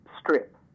strip